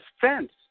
fence